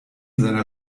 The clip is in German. seiner